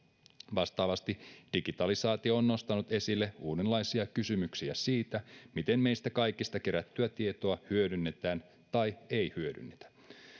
vastaavasti digitalisaatio on nostanut esille uudenlaisia kysymyksiä siitä miten meistä kaikista kerättyä tietoa hyödynnetään tai ei hyödynnetä